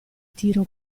tiro